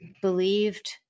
believed